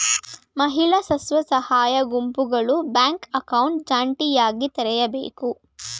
ಮಹಿಳಾ ಸ್ವಸಹಾಯ ಗುಂಪುಗಳು ಬ್ಯಾಂಕ್ ಅಕೌಂಟ್ ಜಂಟಿಯಾಗಿ ತೆರೆಯಬೇಕು